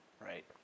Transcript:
Right